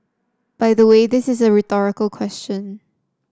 by the way this is a rhetorical question